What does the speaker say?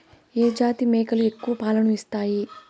ఏ జాతి మేకలు ఎక్కువ పాలను ఇస్తాయి?